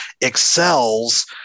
excels